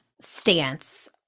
stance